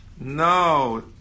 No